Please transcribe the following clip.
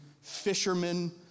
fishermen